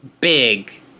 big